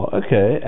okay